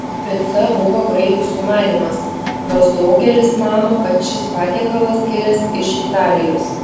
pica buvo graikų sumanymas nors daugelis mano kad šis patiekalas kilęs iš italijos